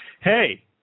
Hey